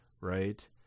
right